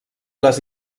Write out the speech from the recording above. les